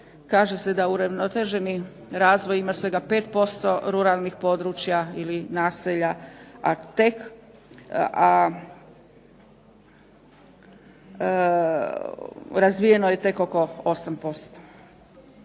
kaže se da uravnoteženi razvoj ima svega 5% ruralnih područja ili naselja, a razvijeno je tek oko 8%.